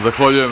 Zahvaljujem.